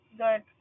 good